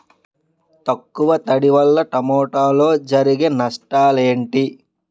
తక్కువ తడి వల్ల టమోటాలో జరిగే నష్టాలేంటి?